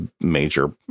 major